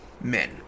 men